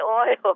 oil